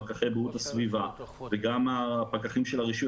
פקחי בריאות הסביבה וגם הפקחים של רישוי